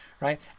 right